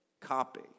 copy